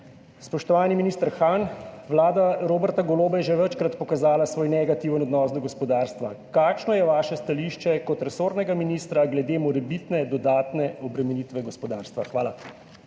Spoštovani minister Han, vlada Roberta Goloba je že večkrat pokazala svoj negativen odnos do gospodarstva, zato me zanima: Kakšno je vaše stališče, stališče resornega ministra, glede morebitne dodatne obremenitve gospodarstva? Hvala.